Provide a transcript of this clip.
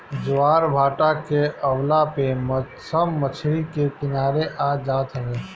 ज्वारभाटा के अवला पे सब मछरी के किनारे आ जात हवे